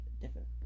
different